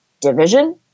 division